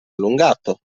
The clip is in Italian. allungato